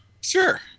Sure